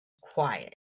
quiet